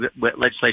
legislation